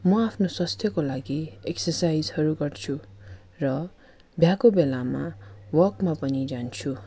म आफ्नो स्वास्थ्यको लागि एक्ससाइजहरू गर्छु र भ्याएको बेलामा वकमा पनि जान्छु